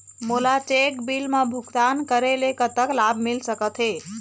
मोला cheque bill मा भुगतान करेले कतक लाभ मिल सकथे?